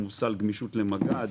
כמו סל גמישות למדד,